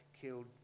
killed